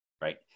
right